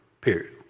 period